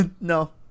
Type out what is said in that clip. No